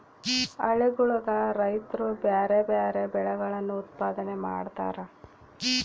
ಹಳ್ಳಿಗುಳಗ ರೈತ್ರು ಬ್ಯಾರೆ ಬ್ಯಾರೆ ಬೆಳೆಗಳನ್ನು ಉತ್ಪಾದನೆ ಮಾಡತಾರ